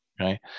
Okay